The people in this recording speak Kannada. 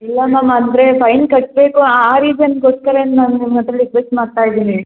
ಇಲ್ಲ ಮ್ಯಾಮ್ ಅಂದರೆ ಫೈನ್ ಕಟ್ಟಬೇಕು ಆ ಆ ರೀಸನ್ನಿಗೋಸ್ಕರ ನಾನು ನಿಮ್ಮ ಹತ್ರ ರಿಕ್ವೆಸ್ಟ್ ಮಾಡ್ತ ಇದ್ದೀನಿ